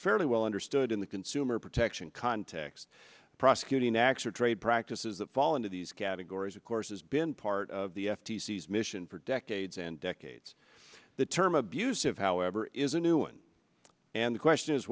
fairly well understood in the consumer protection context prosecuting acts or trade practices that fall into these categories of course has been part of the f t c as mission for decades and decades the term abusive however is a new one and the question is